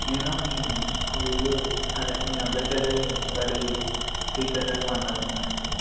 నేను మీ స్కూలు అదే మీ అబ్బాయి చదివే బడి టీచర్గారిని మాట్లాడుతున్న అండి